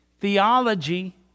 theology